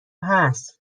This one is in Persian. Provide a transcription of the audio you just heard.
هست